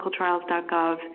clinicaltrials.gov